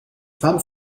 femmes